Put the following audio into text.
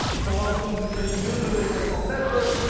so after refreshing user data from network,